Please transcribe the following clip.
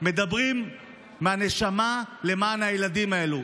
מדברים מהנשמה למען הילדים האלה.